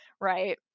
right